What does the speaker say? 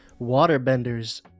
waterbenders